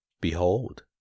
Behold